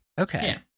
okay